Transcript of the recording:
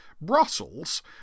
Brussels